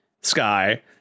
Sky